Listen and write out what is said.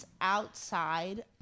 Outside